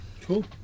Cool